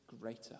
greater